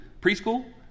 preschool